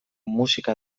musika